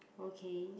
okay